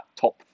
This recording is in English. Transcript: top